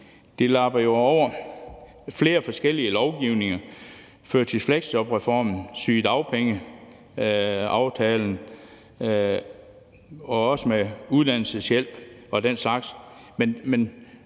jo lapper over flere forskellige lovgivninger – førtids- og fleksjobreformen, sygedagpengeaftalen og også uddannelseshjælp og den slags